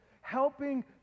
helping